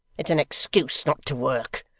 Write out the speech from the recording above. it's an excuse not to work.